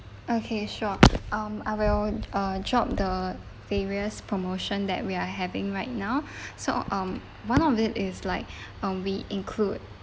okay sure um I will uh drop the various promotion that we are having right now so um one of it is like um we include